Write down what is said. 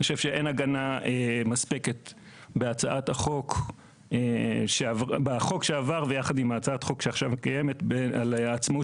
אין הגנה מספקת בחוק שעבר יחד עם הצעת החוק שעכשיו מתקיימת על עצמאות